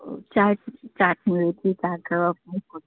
ଚାଟ୍ ଚାଟ୍ ମିଳୁଛି ତା ସହ